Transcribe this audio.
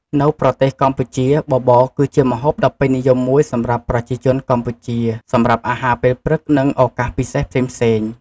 នៅប្រទេសកម្ពុជា បបរគឺជាម្ហូបដ៏ពេញនិយមមួយសម្រាប់ប្រជាជនកម្ពុជា សម្រាប់អាហារពេលព្រឹក និងឱកាសពិសេសផ្សេងៗ។